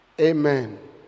Amen